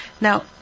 Now